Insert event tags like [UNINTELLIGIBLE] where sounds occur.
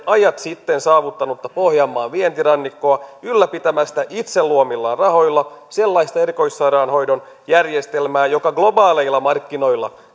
ajat sitten saavuttanutta pohjanmaan vientirannikkoa ylläpitämästä itse luomillaan rahoilla sellaista erikoissairaanhoidon järjestelmää joka globaaleilla markkinoilla [UNINTELLIGIBLE]